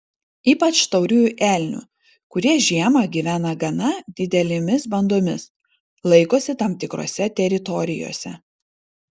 ypač tauriųjų elnių kurie žiemą gyvena gana didelėmis bandomis laikosi tam tikrose teritorijose